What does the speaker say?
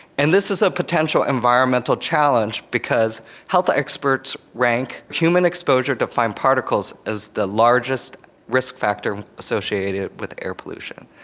and this is a potential environmental challenge because health experts rank human exposure to fine particles as the largest risk factor associated with air pollution.